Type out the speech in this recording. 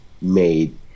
made